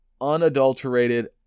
unadulterated